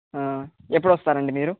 ఎప్పుడు వస్తారండి మీరు